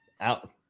out